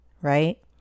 right